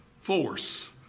force